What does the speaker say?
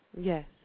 Yes